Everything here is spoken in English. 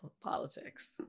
politics